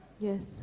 yes